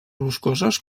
boscoses